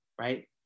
right